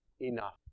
enough